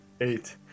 Eight